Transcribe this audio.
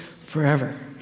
forever